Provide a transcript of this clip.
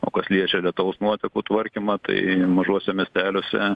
o kas liečia lietaus nuotekų tvarkymą tai mažuose miesteliuose